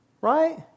Right